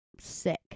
sick